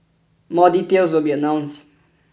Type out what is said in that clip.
more details will be announced